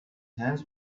hands